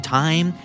time